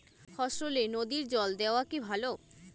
ফসলে নদীর জল দেওয়া কি ভাল?